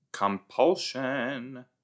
Compulsion